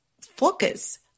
focus